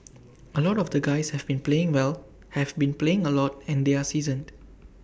A lot of the guys have been playing well have been playing A lot and they're seasoned